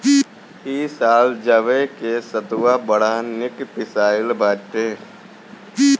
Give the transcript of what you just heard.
इ साल जवे के सतुआ बड़ा निक पिसाइल बाटे